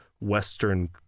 western